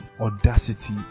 audacity